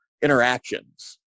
interactions